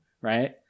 right